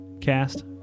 cast